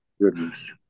Goodness